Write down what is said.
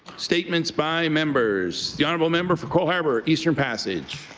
statements by members. the honourable member for cole harbour eastern passage.